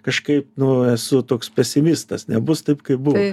kažkaip nu esu toks pesimistas nebus taip kaip buvo